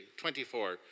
24